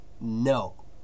No